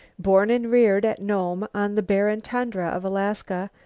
born and reared at nome on the barren tundra of alaska,